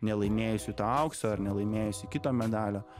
nelaimėjusių to aukso ar nelaimėjusi kito medalio